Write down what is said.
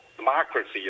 democracy